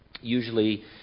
usually